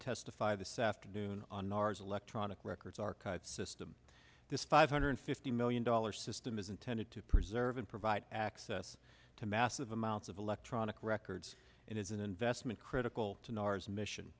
testify this afternoon on mars electronic records our cut system this five hundred fifty million dollars system is intended to preserve and provide access to massive amounts of electronic records and is an investment critical to nars mission